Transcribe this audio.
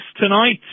tonight